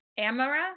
Amara